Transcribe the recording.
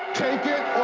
take it